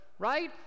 Right